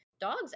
dogs